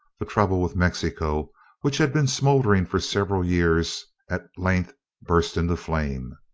the trouble with mexico which had been smouldering for several years at length burst into flame.